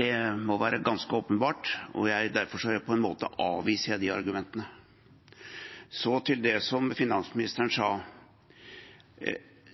Det må være ganske åpenbart, og derfor avviser jeg de argumentene. Så til det finansministeren sa: